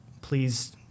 please